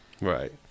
right